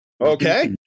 Okay